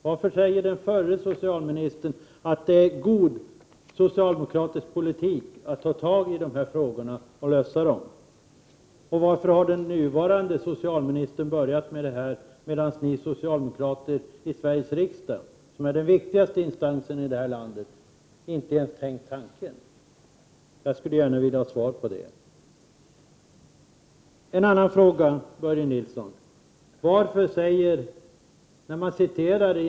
Varför säger den förra socialministern att det är god socialdemokratisk politik att ta tag i de här frågorna och lösa dem, och varför har den nuvarande socialministern börjat med detta, medan ni socialdemokrater i Sveriges riksdag, vilken är den viktigaste instansen här i landet, inte ens har tänkt tanken? Jag skulle gärna vilja ha svar på detta. En annan fråga, Börje Nilsson, gäller följande.